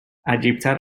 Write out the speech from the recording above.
عجیبتر